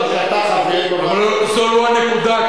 זו לא הנקודה,